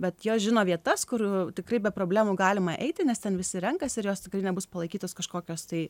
bet jos žino vietas kur tikrai be problemų galima eiti nes ten visi renkasi ir jos tikrai nebus palaikytos kažkokios tai